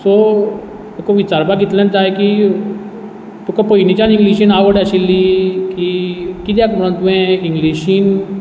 so तुका विचारपाक इतलेंच जाय की तुका पयलींच्यान इंग्लीशींत आवड आशिल्ली की कित्याक म्हुणून तुवें इंग्लीशीन